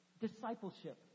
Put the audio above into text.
discipleship